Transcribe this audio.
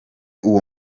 uwo